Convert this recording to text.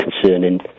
concerning